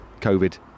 Covid